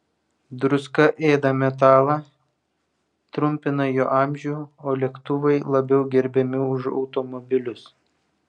druska ėda metalą trumpina jo amžių o lėktuvai labiau gerbiami už automobilius